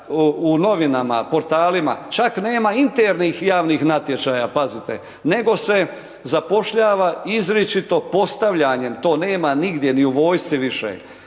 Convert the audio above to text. u novinama, portalima, čak nema internih javnih natječaja, nego se zapošljava izričito postavljanjem, to nema nigdje ni u vojsci više.